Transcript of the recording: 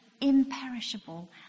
imperishable